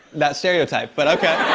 that stereotype, but okay.